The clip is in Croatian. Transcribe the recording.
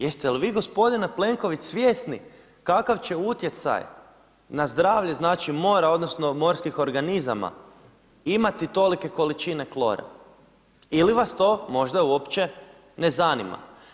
Jeste li vi gospodine Plenković svjesni kakav će utjecaj na zdravlje mora odnosno morskih organizama imati tolike količine klora ili vas to možda uopće ne zanima.